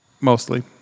Mostly